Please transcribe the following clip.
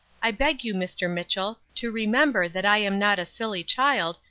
i beg you, mr. mitchell, to remember that i am not a silly child,